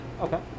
Okay